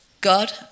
God